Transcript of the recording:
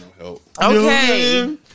Okay